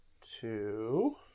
Two